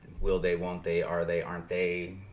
will-they-won't-they-are-they-aren't-they